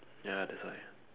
ya that's why